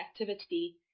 activity